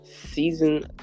Season